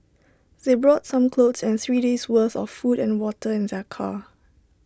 they brought some clothes and three days' worth of food and water in their car